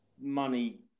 Money